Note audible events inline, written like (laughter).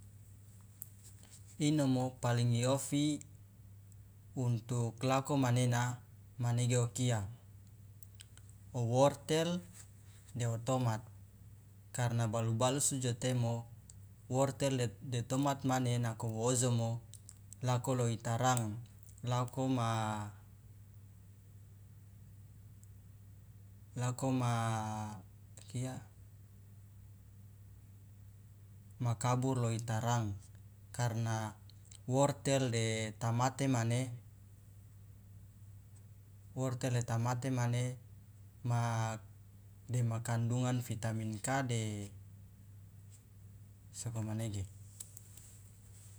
Inomo paling iofi untuk lako manena manege okia owortel deo tomat karna balu balusu jo temo wortel de tomat mane nako wojomo lako lo itarang lako ma (hesitation) lako ma kia ma kabur lo itarang karna wortel de tamate mane wortel de tamate mane ma dema kandungan vitamin k de sokomanege.